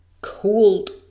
cold